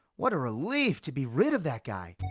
what a relief to be rid of that guy.